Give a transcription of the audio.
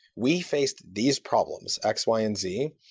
we faced these problems x, y, and z,